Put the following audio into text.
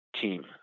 team